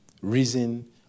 reason